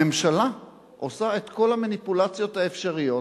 הממשלה עושה את כל המניפולציות האפשריות,